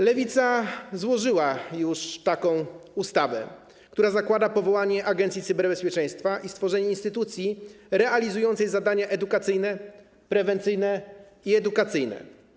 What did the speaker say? Lewica złożyła już taki projekt ustawy, który zakłada powołanie Agencji Cyberbezpieczeństwa i stworzenie instytucji realizującej zadania prewencyjne i edukacyjne.